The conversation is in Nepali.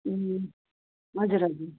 ए हजुर हजुर